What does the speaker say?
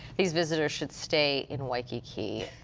these visitors should stay in waikiki.